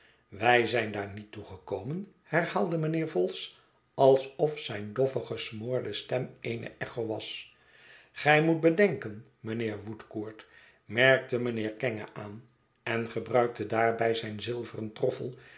wij zijn daar niet toe gekomen herhaalde mijnheer vholes alsof zijne doffe gesmoorde stem eene echo was gij moet bedenken mijnheer woodcourt merkte mijnheer kenge aan en gebruikte daarbij zijn zilveren troffel